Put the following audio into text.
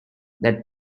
that